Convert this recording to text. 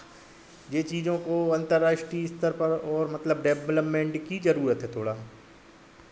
ये चीज़ों को अंतर्राष्ट्रीय स्तर पर और मतलब डेवलपमेंट की ज़रूरत है थोड़ा